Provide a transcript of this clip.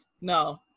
No